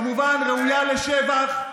כמובן ראויה לשבח.